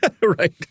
right